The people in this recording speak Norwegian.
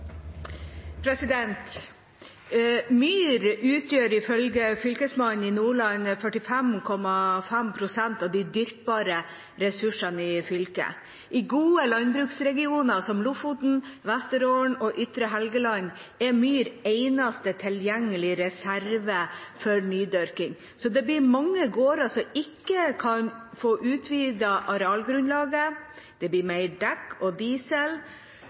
ifølge fylkesmannen i Nordland 45,5 pst. av de dyrkbare ressursene i fylket. I gode landbruksregioner som Lofoten, Vesterålen og Ytre Helgeland er myr eneste tilgjengelige reserve for nydyrking, så det blir mange gårder som ikke får utvidet arealgrunnlaget. Det blir mer "dekk og